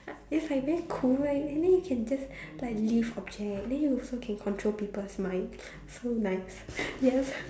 it's like very cool right and then you can just like lift object then you also can control people's mind so nice yes